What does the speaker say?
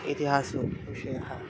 इतिहासो विषयः